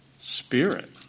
spirit